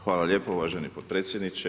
Hvala lijepo uvaženi potpredsjedniče.